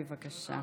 בבקשה.